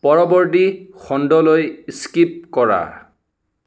পৰৱৰ্তী খণ্ডলৈ স্কিপ কৰা